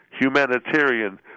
humanitarian